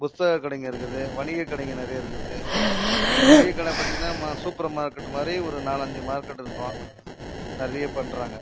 புத்தக கடைங்க இருக்குது வணிக கடைங்க நிறைய இருக்குது மளிகை கடை பார்த்திங்கன்னா மா சூப்பர் மார்க்கெட் மாதிரி ஒரு நாலு அஞ்சு மார்க்கெட் இருக்கும் நிறைய பண்றாங்க